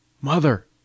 Mother